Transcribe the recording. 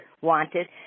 wanted